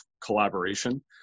collaboration